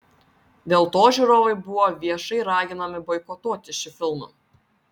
dėl to žiūrovai buvo viešai raginami boikotuoti šį filmą